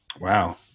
Wow